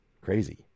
Crazy